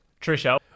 Trisha